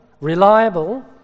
reliable